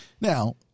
Now